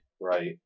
right